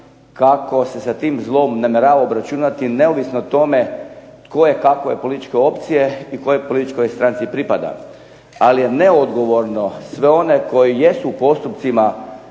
kako se sa tim zlom namjerava obračuna neovisno o tome tko je kakve političke opcije i kojoj političkoj stranici pripada. Ali je neodgovorno sve one koji jesu u postupcima